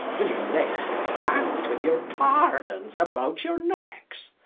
will you needs be hang'd with your pardons about your neckes?